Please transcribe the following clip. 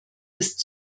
ist